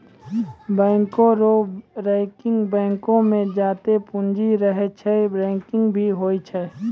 बैंको रो रैंकिंग बैंको मे जत्तै पूंजी रहै छै रैंकिंग भी होय छै